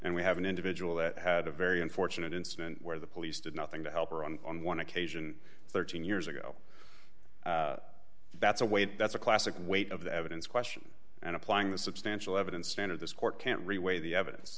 and we have an individual that had a very unfortunate incident where the police did nothing to help or on on one occasion thirteen years ago that's a wait that's a classic weight of the evidence question and applying the substantial evidence standard this court can't reweigh the evidence